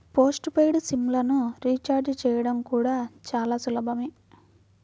post paid SIM లను recharge చేయడం కూడా చాలా సులభమే